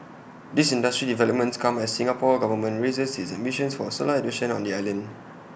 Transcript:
these industry developments come as the Singapore Government raises its ambitions for solar adoption on the island